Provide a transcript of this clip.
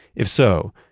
if so,